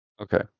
Okay